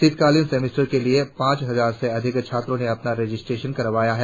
शीतकालीन सेमेस्टर के लिए पांच हजार से अधिक छात्रों ने अपना रजिस्ट्रेशन करवा लिया है